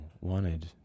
wanted